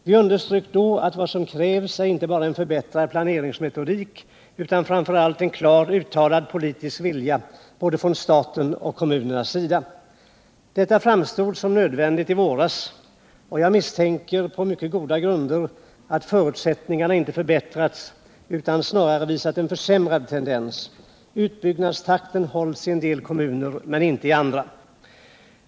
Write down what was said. Vi underströk då att vad som krävs är inte bara en förbättrad planeringsmetodik utan framför allt en klart uttalad politisk vilja, både från statens och från kommunernas sida. Detta framstod som nödvändigt i våras, och jag misstänker på mycket goda grunder att förutsättningarna inte har förbättrats utan snarare visat en försämrad tendens. Utbyggnadstakten hålls i en del kommuner, men inte i andra.